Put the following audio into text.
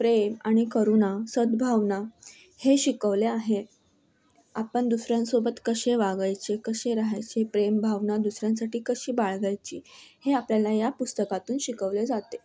प्रेम आणि करुणा सद्भावना हे शिकवले आहे आपण दुसऱ्यांसोबत कसे वागायचे कसे राहायचे प्रेम भावना दुसऱ्यांसाठी कशी बाळगायची हे आपल्याला ह्या पुस्तकातून शिकवले जाते